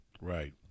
right